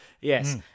Yes